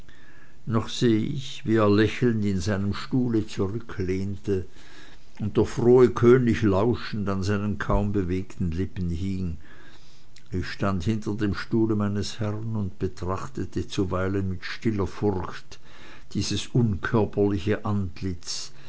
noch seh ich wie er lächelnd in seinem stuhle zurücklehnte und der frohe könig lauschend an seinen kaum bewegten lippen hing ich stand hinter dem stuhle meines herrn und betrachtete zuweilen mit stiller furcht dieses unkörperliche antlitz